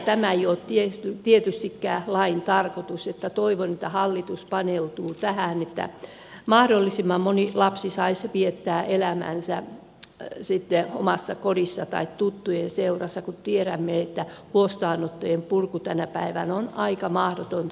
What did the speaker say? tämä ei ole tietystikään lain tarkoitus niin että toivon että hallitus paneutuu tähän että mahdollisimman moni lapsi saisi viettää elämänsä sitten omassa kodissa tai tuttujen seurassa kun tiedämme että huostaanottojen purku tänä päivänä on aika mahdotonta